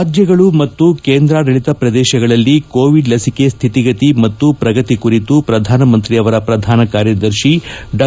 ರಾಜ್ಗಳು ಮತ್ತು ಕೇಂದ್ರಾಡಳಿತ ಪ್ರದೇಶಗಳಲ್ಲಿ ಕೋವಿಡ್ ಲಸಿಕೆ ಶ್ವಿತಿಗತಿ ಮತ್ತು ಪ್ರಗತಿ ಕುರಿತು ಪ್ರಧಾನಮಂತ್ರಿ ಅವರ ಪ್ರಧಾನ ಕಾರ್ಯದರ್ಶಿ ಡಾ